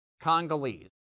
Congolese